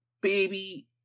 Baby